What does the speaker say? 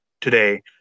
today